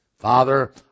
Father